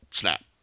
snap